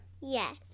Yes